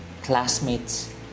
classmates